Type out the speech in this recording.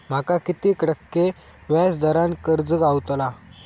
माका किती टक्के व्याज दरान कर्ज गावतला?